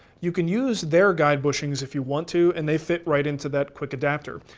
you can use their guide bushings if you want to and they fit right into that quick adapter.